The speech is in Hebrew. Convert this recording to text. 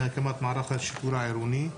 להקמת מערך השיטור העירוני.